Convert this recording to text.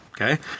Okay